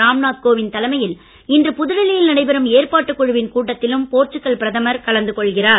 ராம் நாத் கோவிந்த் தலைமையில் இன்று புதுடில்லியில் நடைபெறும் ஏற்பாட்டுக் குழுவின் கூட்டத்திலும் போர்ச்சுகல் பிரதமர் கலந்து கொள்கிறார்